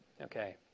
Okay